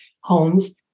homes